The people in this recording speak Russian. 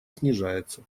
снижается